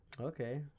Okay